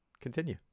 continue